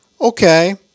Okay